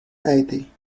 eighty